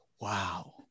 Wow